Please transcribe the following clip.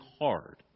hard